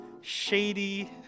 shady